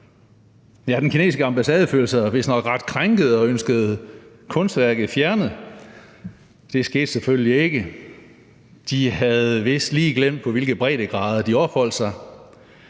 ja, den kinesiske ambassade følte sig vist nok ret krænket og ønskede kunstværket fjernet. Det skete selvfølgelig ikke; de havde vist lige glemt, på hvilke breddegrader de opholdt sig.